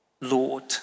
Lord